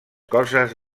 coses